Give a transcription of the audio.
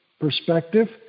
perspective